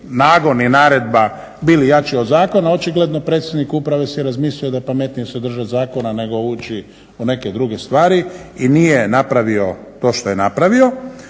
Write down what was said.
nagon i naredba bili jači od zakona? Očigledno predstojnik uprave si je razmislio da je pametnije se držati zakona nego uči u neke druge stvari i nije napravio to što je napravio.